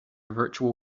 virtual